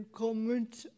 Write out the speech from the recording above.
comments